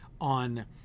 on